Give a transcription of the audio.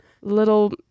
little